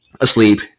asleep